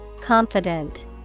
Confident